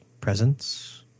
presence